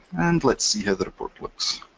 and let's see how the report looks.